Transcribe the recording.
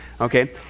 okay